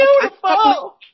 beautiful